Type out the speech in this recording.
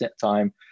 time